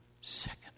second